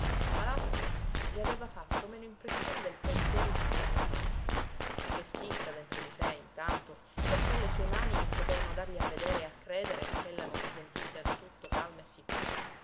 l'atto le aveva fatto meno impressione del pensiero di poterlo fare e che stizza dentro di sé intanto per quelle sue mani che potevano dargli a vedere e a credere ch'ella non si sentisse al tutto calma e sicura